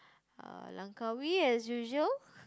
uh Langkawi as usual